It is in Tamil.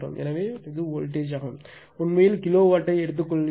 எனவே வோல்டேஜ் உண்மையில் கிலோவோல்ட்டை எடுத்துக்கொள்வது